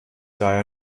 daher